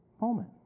Moment